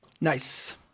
nice